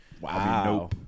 wow